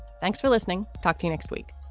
thanks for listening. talk to you next week